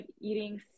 eating